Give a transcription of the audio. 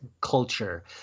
culture